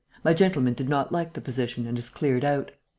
my gentleman did not like the position and has cleared out.